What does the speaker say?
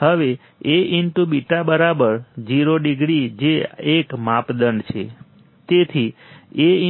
હવે Aβ0 degree જે એક માપદંડ છે તેથી Aβ